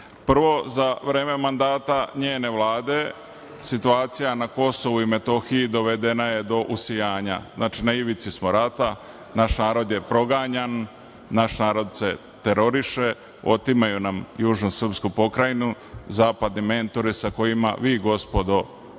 za vreme mandata njene Vlade situacija na KiM dovedena je do usijanja. Znači, na ivici smo rata, naša narod je proganjan, naš narod se teroriše, otimaju nam južnu srpsku pokrajinu, zapadni mentori sa kojima vi, gospodo, sarađujete,